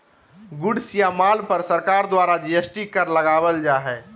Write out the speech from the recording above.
goods या माल पर सरकार द्वारा जी.एस.टी कर लगावल जा हय